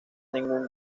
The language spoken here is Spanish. ningún